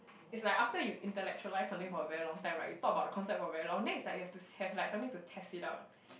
it's like after you intellectualise something for a very long time right you talk about the concept for very long then it's like you have to have like something to test it out